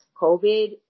COVID